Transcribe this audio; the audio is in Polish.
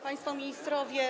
Państwo Ministrowie!